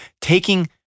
Taking